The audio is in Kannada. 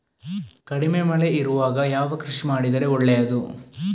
ಕಡಿಮೆ ಮಳೆ ಇರುವಾಗ ಯಾವ ಕೃಷಿ ಮಾಡಿದರೆ ಒಳ್ಳೆಯದು?